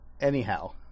Anyhow